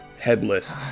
headless